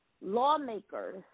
lawmakers